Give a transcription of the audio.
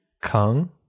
kung